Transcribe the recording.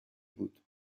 بود